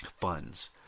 funds